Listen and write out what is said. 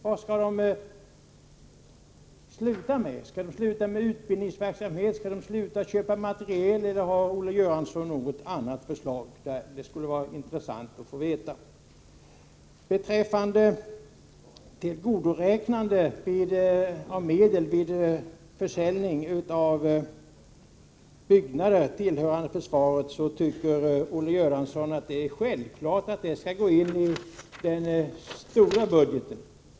Vad skall man sluta med? Skall man sluta med utbildningsverksamheten? Skall man sluta köpa materiel? Bller har Olle Göransson något annat förslag? Det skulle, som sagt, vara intressant att få veta det. Beträffande tillgodoräknande av medel vid försäljning av byggnader tillhörande försvaret tycker Olle Göransson att sådant självfallet skall ingå i den stora budgeten.